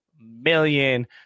million